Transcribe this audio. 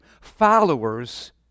followers